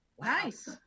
Nice